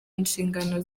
inshingano